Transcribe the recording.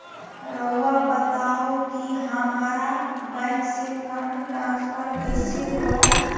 राउआ बताओ कि हामारा बैंक से फंड ट्रांसफर कैसे होला?